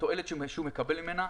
התועלת שהוא מקבל ממנה,